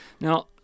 Now